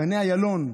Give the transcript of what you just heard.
גני איילון,